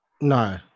No